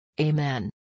Amen